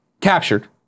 Captured